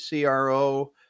CRO